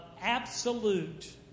absolute